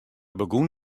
begûn